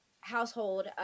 household